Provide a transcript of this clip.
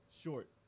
short-